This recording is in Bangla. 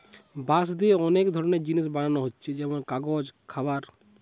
বাঁশ দিয়ে অনেক ধরনের জিনিস বানানা হচ্ছে যেমন কাগজ, খাবার